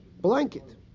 blanket